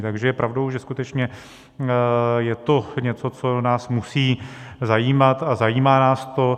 Takže je pravdou, že skutečně je to něco, co nás musí zajímat, a zajímá nás to.